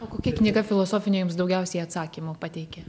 o kokia knyga filosofinė jums daugiausiai atsakymų pateikė